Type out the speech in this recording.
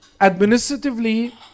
administratively